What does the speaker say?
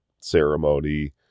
ceremony